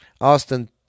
Austin